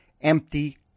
empty